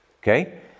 Okay